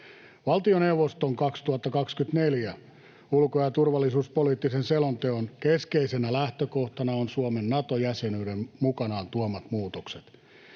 Valtioneuvoston vuoden 2024 ulko- ja turvallisuuspoliittisen selonteon keskeisenä lähtökohtana ovat Suomen Nato-jäsenyyden mukanaan tuomat muutokset.